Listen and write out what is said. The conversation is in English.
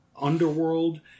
Underworld